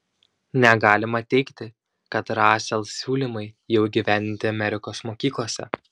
negalima teigti kad rasel siūlymai jau įgyvendinti amerikos mokyklose